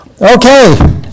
Okay